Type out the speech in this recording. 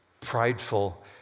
prideful